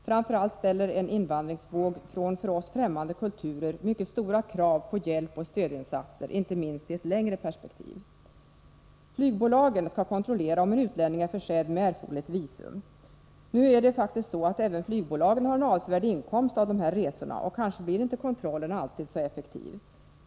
Framför allt ställer en invandringsvåg från för oss fftämmande kulturer mycket stora krav på hjälpoch stödinsatser — inte minst i ett längre perspektiv. Flygbolagen skall kontrollera om en utlänning är försedd med erforderligt visum. Men nu är det faktiskt så, att även flygbolagen har en avsevärd inkomst av de här resorna, och kanske blir kontrollen inte alltid så effektiv.